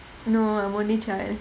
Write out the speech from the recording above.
no I'm only child